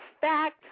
fact